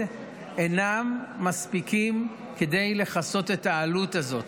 אינם מספיקים כדי לכסות את העלות הזאת.